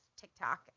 tiktok